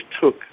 took